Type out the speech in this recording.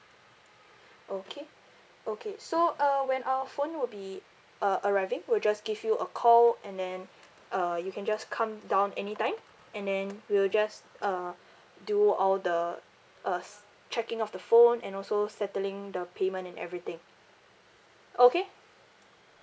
okay okay so uh when our phone would be uh arriving we'll just give you a call and then uh you can just come down anytime and then we will just uh do all the uh s~ checking of the phone and also settling the payment and everything okay